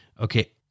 Okay